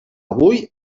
avui